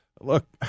look